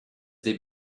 they